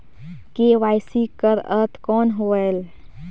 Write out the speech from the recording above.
KYC कर अर्थ कौन होएल?